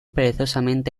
perezosamente